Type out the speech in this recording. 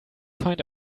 find